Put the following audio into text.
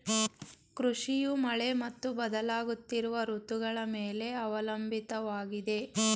ಕೃಷಿಯು ಮಳೆ ಮತ್ತು ಬದಲಾಗುತ್ತಿರುವ ಋತುಗಳ ಮೇಲೆ ಅವಲಂಬಿತವಾಗಿದೆ